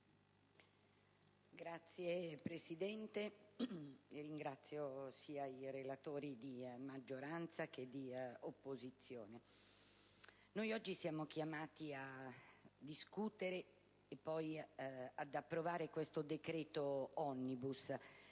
Signor Presidente, ringrazio i relatori di maggioranza e di opposizione. Oggi siamo chiamati a discutere e ad approvare questo decreto *omnibus*.